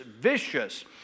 vicious